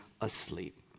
asleep